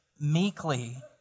meekly